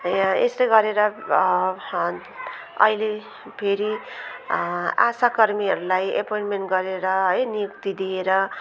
या यस्तो गरेर अहिले फेरि आसाकर्मीहरूलाई एपोइन्टमेन्ट गरेर है नियुक्ति दिएर